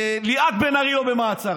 שליאת בן ארי לא במעצר?